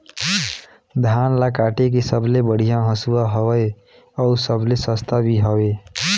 धान ल काटे के सबले बढ़िया हंसुवा हवये? अउ सबले सस्ता भी हवे?